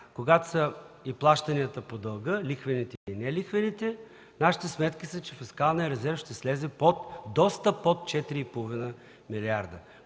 когато са и плащанията по дълга – лихвените и нелихвените, нашите сметки са, че фискалният резерв ще слезе под, доста под 4,5 милиарда